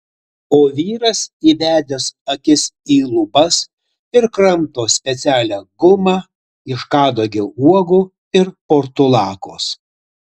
o vyras įbedęs akis į lubas ir kramto specialią gumą iš kadagio uogų ir portulakos